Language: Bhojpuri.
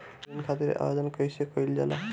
ऋण खातिर आवेदन कैसे कयील जाला?